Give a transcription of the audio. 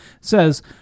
says